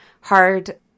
hard